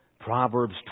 Proverbs